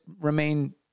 remain